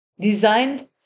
designed